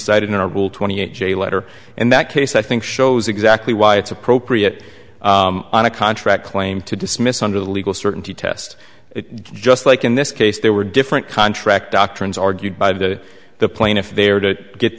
cited in our rule twenty eight j letter and that case i think shows exactly why it's appropriate on a contract claim to dismiss under the legal certainty test it just like in this case there were different contract doctrines argued by the the plaintiff there to get